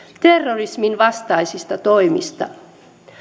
terrorismin vastaisista toimista